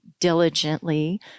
diligently